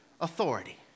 authority